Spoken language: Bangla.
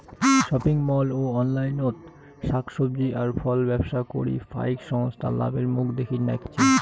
শপিং মল ও অনলাইনত শাক সবজি আর ফলব্যবসা করি ফাইক সংস্থা লাভের মুখ দ্যাখির নাইগচে